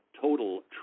Total